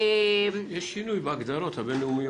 יש שינוי בהגדרות הבין לאומיות.